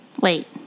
Wait